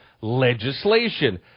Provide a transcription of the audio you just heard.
legislation